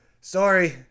Sorry